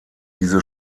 diese